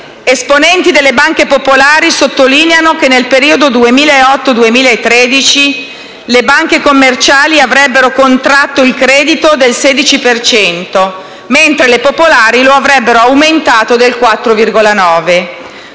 Esponenti delle banche popolari sottolineano che, nel periodo 2008-2013, le banche commerciali avrebbero contratto il credito del 16 per cento, mentre le popolari lo avrebbero aumentato del 4,9.